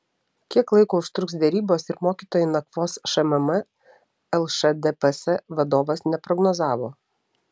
kiek laiko užtruks derybos ir mokytojai nakvos šmm lšdps vadovas neprognozavo